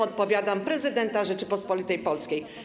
Odpowiadam: prezydenta Rzeczypospolitej Polskiej.